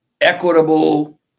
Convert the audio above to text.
equitable